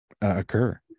occur